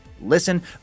Listen